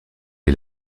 est